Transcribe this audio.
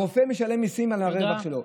הרופא משלם מיסים על הרווח שלו.